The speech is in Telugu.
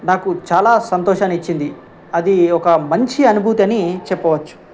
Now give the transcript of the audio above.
నాకు చాలా సంతోషాన్ని ఇచ్చింది అది ఒక మంచి అనుభూతి అని చెప్పవచ్చు